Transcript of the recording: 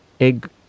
egg